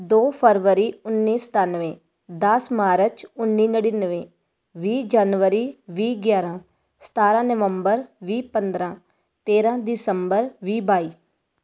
ਦੋ ਫਰਵਰੀ ਉੱਨੀ ਸਤੱਨਵੇਂ ਦਸ ਮਾਰਚ ਉੱਨੀ ਨੜਿਨਵੇਂ ਵੀਹ ਜਨਵਰੀ ਵੀਹ ਗਿਆਰਾਂ ਸਤਾਰਾਂ ਵੀਹ ਪੰਦਰਾਂ ਤੇਰਾਂ ਦਿਸੰਬਰ ਵੀਹ ਬਾਈ